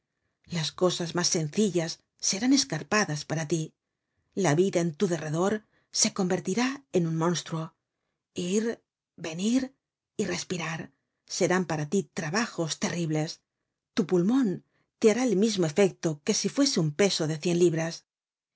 las cosas mas sencillas serán escarpadas para tí la vida en tu derredor se convertirá en un monstruo ir venir y respirar serán para tí trabajos terribles tu pulmon te hará el mismo efecto que si fuese un peso de cien libras